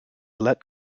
let